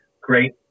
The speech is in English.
great